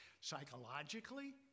Psychologically